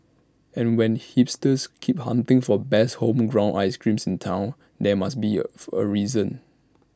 and when hipsters keep hunting for best homegrown ice creams in Town there must be A fu A reason